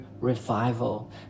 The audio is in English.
revival